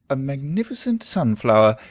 a magnificent sunflower!